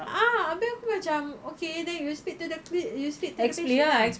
ah abeh aku macam okay then you speak to the cli~ you speak to the patient ah